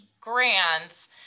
grants